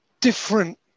different